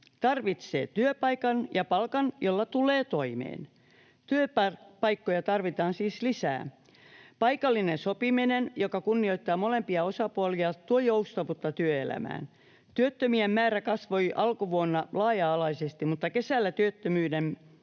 tarvitsee työpaikan ja palkan, jolla tulee toimeen. Työpaikkoja tarvitaan siis lisää. Paikallinen sopiminen, joka kunnioittaa molempia osapuolia, tuo joustavuutta työelämään. Työttömien määrä kasvoi alkuvuonna laaja-alaisesti, mutta kesällä työttömyyden kasvu